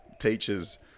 teacher's